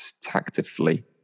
tactically